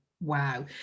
Wow